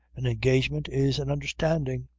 an engagement is an understanding.